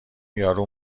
یارو